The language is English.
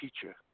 teacher